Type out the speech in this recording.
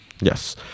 Yes